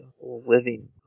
living